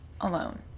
alone